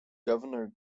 governor